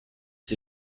sie